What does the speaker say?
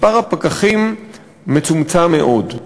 מספר הפקחים מצומצם מאוד.